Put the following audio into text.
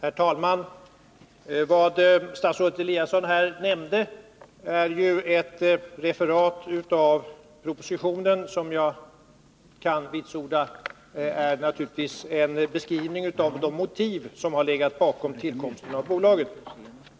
Herr talman! Vad statsrådet Eliasson här nämnde är ju ett referat av propositionen, som jag kan vitsorda är en beskrivning av de motiv som legat bakom tillkomsten av bolaget.